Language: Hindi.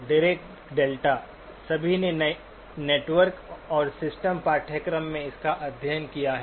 डीरेक डेल्टा सभी ने नेटवर्क और सिस्टम पाठ्यक्रम में इसका अध्ययन किया है